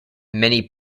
many